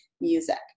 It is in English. music